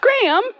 Graham